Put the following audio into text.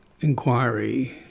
inquiry